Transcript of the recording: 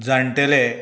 जाण्टेले